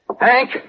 Hank